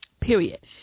period